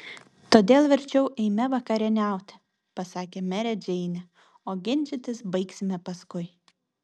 todėl verčiau eime vakarieniauti pasakė merė džeinė o ginčytis baigsime paskui